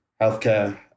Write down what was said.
healthcare